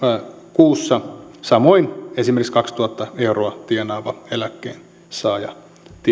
kuussa samoin esimerkiksi kaksituhatta euroa tienaava eläkkeensaaja